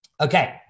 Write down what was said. Okay